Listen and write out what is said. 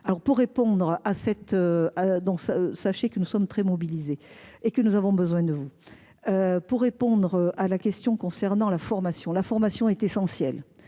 Pour répondre à la question concernant la formation, la formation est essentiel,